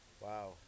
Wow